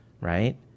right